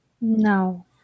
No